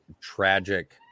tragic